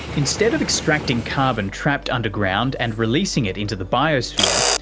instead of extracting carbon trapped underground and releasing it into the biosphere,